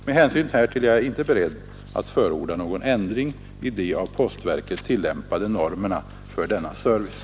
Med hänsyn härtill är jag inte beredd att förorda någon ändring i de av postverket tillämpade normerna för denna service.